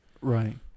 Right